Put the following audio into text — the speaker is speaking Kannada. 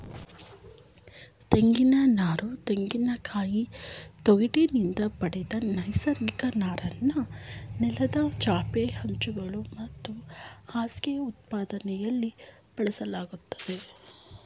ತೆಂಗಿನನಾರು ತೆಂಗಿನಕಾಯಿ ತೊಗಟಿನಿಂದ ಪಡೆದ ನೈಸರ್ಗಿಕ ನಾರನ್ನು ನೆಲದ ಚಾಪೆ ಕುಂಚಗಳು ಮತ್ತು ಹಾಸಿಗೆ ಉತ್ಪನ್ನದಲ್ಲಿ ಬಳಸಲಾಗ್ತದೆ